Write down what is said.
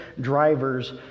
drivers